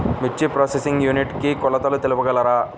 మిర్చి processing unit కి కొలతలు తెలుపగలరు?